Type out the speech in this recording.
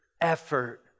effort